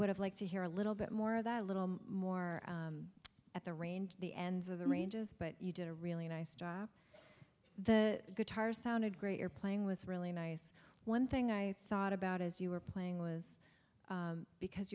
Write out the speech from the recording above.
would have liked to hear a little bit more of that a little more at the range the ends of the ranges but you did a really nice job the guitar sounded great your playing was really nice one thing i thought about as you were playing was because